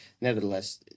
nevertheless